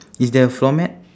is there a floor mat